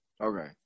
Okay